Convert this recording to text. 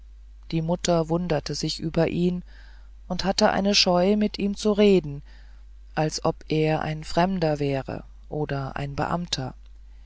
die mutter wunderte sich über ihn und hatte eine scheu mit ihm zu reden als ob er ein fremder wäre oder ein beamter